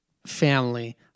family